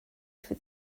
for